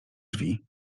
drzwi